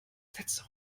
sätze